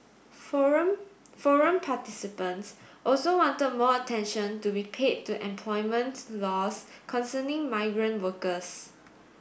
forum forum participants also want more attention to be paid to employment laws concerning migrant workers